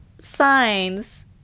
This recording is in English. signs